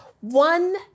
one